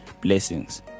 blessings